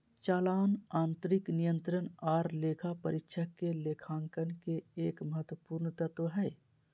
चालान आंतरिक नियंत्रण आर लेखा परीक्षक के लेखांकन के एक महत्वपूर्ण तत्व हय